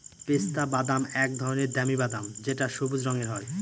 পেস্তা বাদাম এক ধরনের দামি বাদাম যেটা সবুজ রঙের হয়